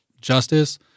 justice